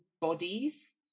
bodies